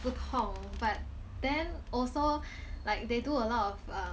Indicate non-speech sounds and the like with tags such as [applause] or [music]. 不痛 but then also [breath] like they do a lot of err